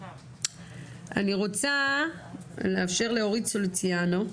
אני רוצה להעביר את רשות הדיבור לאורית סוליציאנו,